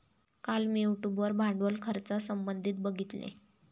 काल मी यूट्यूब वर भांडवल खर्चासंबंधित बघितले